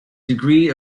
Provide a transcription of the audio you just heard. degree